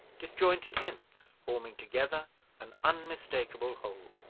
disjointed hints, forming together an unmistakable whole.